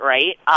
Right